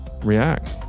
react